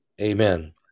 Amen